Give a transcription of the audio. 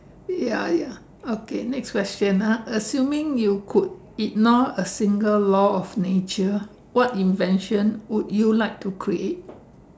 ya ya okay next question ah assuming you could ignore a single law of nature what invention would you like to create